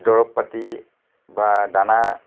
দৰব পাতি বা দানা